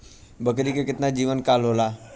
बकरी के केतना जीवन काल होला?